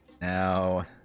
Now